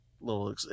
little